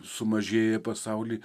sumažėję pasauly